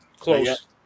Close